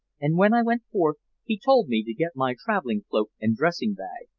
and when i went forth he told me to get my traveling-cloak and dressing-bag,